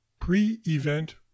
Pre-event